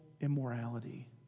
immorality